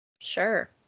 Sure